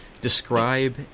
describe